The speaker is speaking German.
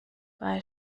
bei